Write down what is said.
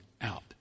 out